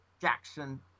jackson